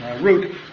route